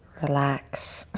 relax,